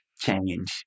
change